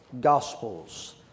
Gospels